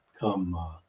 come